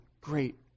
Great